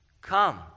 Come